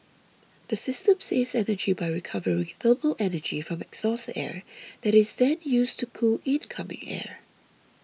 the system saves energy by recovering thermal energy from exhaust air that is then used to cool incoming air